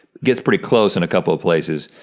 gets pretty close in a couple of places.